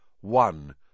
One